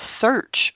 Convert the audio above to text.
search